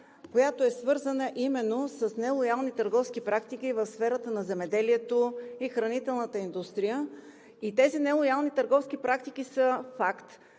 която е свързана именно с нелоялни търговски практики в сферата на земеделието и хранителната индустрия. Тези нелоялни търговски практики са факт